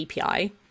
API